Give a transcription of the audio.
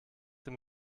dem